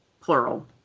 plural